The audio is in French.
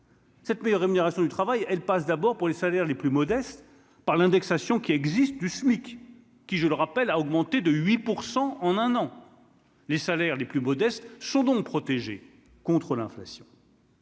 Cette meilleure rémunération du travail, elle passe d'abord pour les salaires les plus modestes, par l'indexation qui existe du SMIC, qui je le rappelle, a augmenté de 8 % en un an, les salaires les plus modestes chaud donc protéger contre l'inflation.